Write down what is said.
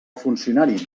funcionari